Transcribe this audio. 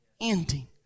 ending